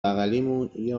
بغلیمون، یه